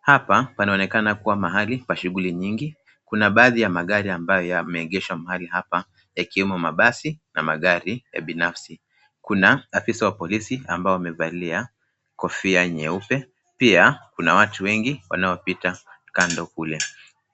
Hapa, panaonekana kuwa mahali pa shughuli nyingi. Kuna baadhi ya magari ambayo yameegeshwa mahali hapa, yakiwemo mabasi na magari ya binafsi. Kuna afisa wa polisi ambao wamevalia kofia nyeupe. Pia, kuna watu wengi wanaopita kando kule.